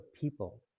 people